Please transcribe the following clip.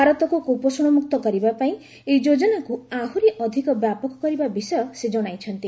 ଭାରତକୁ କୁପୋଷଣମୁକ୍ତ କରିବା ପାଇଁ ଏହି ଯୋଜନାକୁ ଆହୁରି ଅଧିକ ବ୍ୟାପକ କରିବା ବିଷୟ ସେ ଜଣାଇଛନ୍ତି